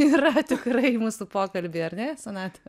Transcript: yra tikrai mūsų pokalby ar ne sonata